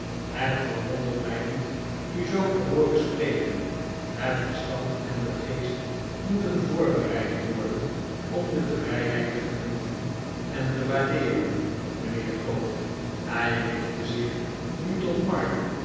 het verwondert mij niet u zoo te hooren spreken het verstand en de geest moeten voorbereid worden om de vrijheid te genieten en te waardeeren mijnheer co hij richtte zichjau tot mark